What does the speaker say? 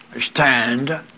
stand